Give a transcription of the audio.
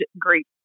great